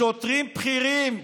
לשוטרים בכירים.